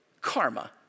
karma